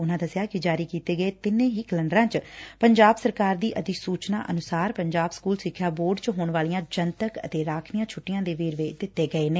ਉਨਾਂ ਦਸਿਆ ਕਿ ਜਾਰੀ ਕੀਤੇ ਗਏ ਤਿੰਨੇ ਹੀ ਕੈਲੰਡਰਾਂ ਚ ਪੰਜਾਬ ਸਰਕਾਰ ਦੀ ਅਧੀਸੁਚਨਾ ਅਨੁਸਾਰ ਪੰਜਾਬ ਸਕੁਲ ਸਿੱਖਿਆ ਬੋਰਡ ਚ ਹੋਣ ਵਾਲੀਆਂ ਜਨਤਕ ਅਤੇ ਰਾਖਵੀਆਂ ਛੁੱਟੀਆਂ ਦੇ ਵੇਰਵੇ ਦਿੱਤੇ ਗਏ ਨੇ